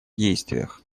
действиях